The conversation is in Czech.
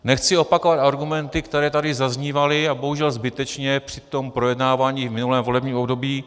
Nechci opakovat argumenty, které tady zaznívaly, a bohužel zbytečně, při projednávání v minulém volebním období.